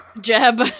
Jeb